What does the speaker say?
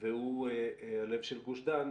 והוא הלב של גוש דן,